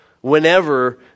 whenever